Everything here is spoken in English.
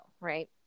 right